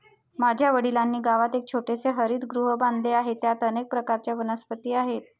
माझ्या वडिलांनी गावात एक छोटेसे हरितगृह बांधले आहे, त्यात अनेक प्रकारच्या वनस्पती आहेत